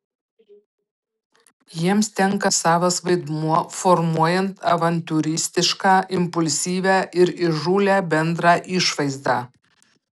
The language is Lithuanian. jiems tenka savas vaidmuo formuojant avantiūristišką impulsyvią ir įžūlią bendrą išvaizdą